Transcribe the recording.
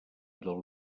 del